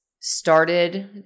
started